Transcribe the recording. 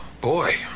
Boy